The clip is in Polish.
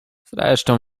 zresztą